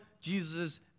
jesus